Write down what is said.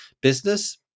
business